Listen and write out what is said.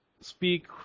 speak